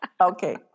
Okay